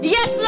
Yes